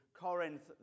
Corinth